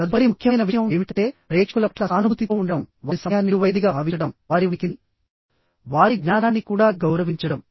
తదుపరి ముఖ్యమైన విషయం ఏమిటంటే ప్రేక్షకుల పట్ల సానుభూతితో ఉండటం వారి సమయాన్ని విలువైనదిగా భావించడం వారి ఉనికిని విలువైనదిగా భావించడం వారి జ్ఞానాన్ని కూడా గౌరవించడం